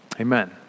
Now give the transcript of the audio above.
Amen